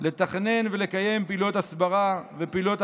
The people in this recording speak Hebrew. לתכנן ולקיים פעילויות הסברה ופעילויות